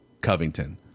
Covington